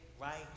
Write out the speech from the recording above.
right